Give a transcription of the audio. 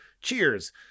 Cheers